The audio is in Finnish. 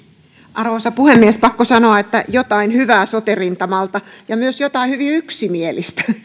arvoisa puhemies pakko sanoa että jotain hyvää sote rintamalta ja myös jotain hyvin yksimielistä